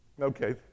Okay